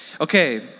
Okay